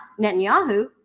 Netanyahu